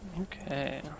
Okay